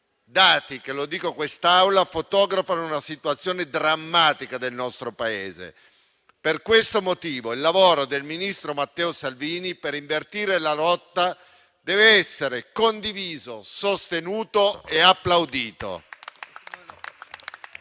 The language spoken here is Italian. dati che - lo dico a questa Assemblea - fotografano una situazione drammatica del nostro Paese. Per questo motivo, il lavoro del ministro Matteo Salvini per invertire la rotta deve essere condiviso, sostenuto e applaudito.